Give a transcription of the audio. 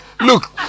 Look